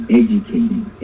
educating